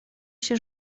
się